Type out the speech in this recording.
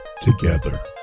together